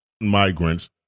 migrants